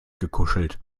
gekuschelt